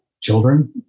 children